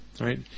Right